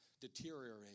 deteriorate